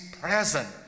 present